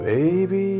Baby